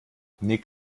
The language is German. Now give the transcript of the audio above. nick